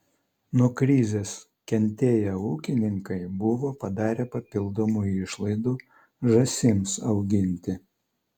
nuo krizės kentėję ūkininkai buvo padarę papildomų išlaidų žąsims auginti